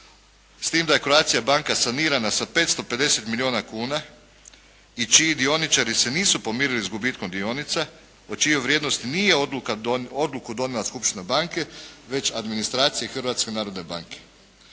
s tim da je Croatia banka sanirana sa 550 milijuna kuna i čiji dioničari se nisu pomirili s gubitkom dionica o čijoj vrijednosti nije odluku donijela skupština banke već administracija Hrvatske narodne banke.